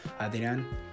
Adrian